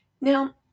Now